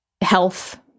health